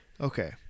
Okay